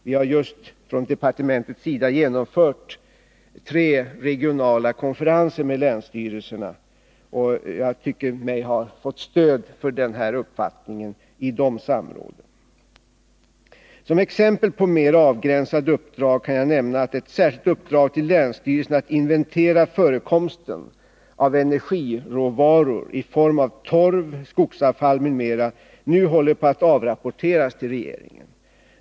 Vi har nyligen från departementets sida genomfört tre regionala konferenser med länsstyrelser na, och jag tycker mig i de samråden ha fått stöd för den här uppfattningen. Som exempel på mer avgränsade uppdrag kan jag nämna att ett särskilt uppdrag till länsstyrelserna att inventera förekomsten av energiråvaror i form av torv, skogsavfall m.m. nu håller på att avrapporteras till regeringen.